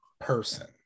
person